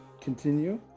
continue